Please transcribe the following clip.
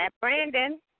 Brandon